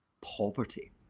poverty